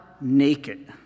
naked